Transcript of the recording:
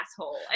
asshole